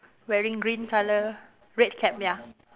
wearing green colour red cap ya